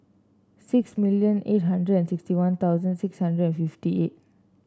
six million eight hundred and sixty One Thousand six hundred and fifty eight